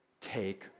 take